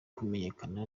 kumenyekana